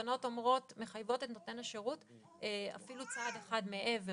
התקנות מחייבות את נותן השירות אפילו צעד אחד מעבר,